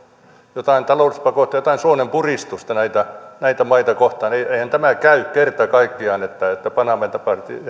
joitain talouspakotteita jotain suonenpuristusta näitä näitä maita kohtaan eihän tämä kerta kaikkiaan käy että panaman tapaiset järjestään